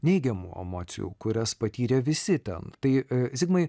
neigiamų emocijų kurias patyrė visi ten tai zigmai